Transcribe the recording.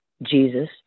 jesus